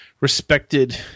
respected